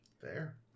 Fair